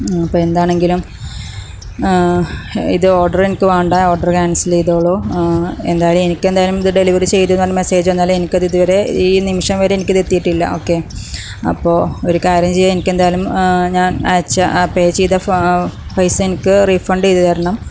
അപ്പം എന്താണെങ്കിലും ഇത് ഓർഡർ എനിക്ക് വേണ്ട ഓഡർ ക്യാൻസൽ ചെയ്തോളു എന്തായാലും എനിക്ക് എന്തായാലും ഇത് ഡെലിവറി ചെയ്തു എന്ന് മെസ്സേജ് വന്നാലും എനിക്കത് ഇതുവരെ ഈ നിമിഷം വരെ എനിക്ക് ഇത് എത്തിയിട്ടില്ല ഓക്കേ അപ്പോൾ ഒരു കാര്യം ചെയ്യാം എനിക്ക് എന്തായാലും ഞാൻ അയച്ച ആ പേ ചെയ്ത പൈസ എനിക്ക് റീഫണ്ട് ചെയ്തു തരണം